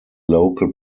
local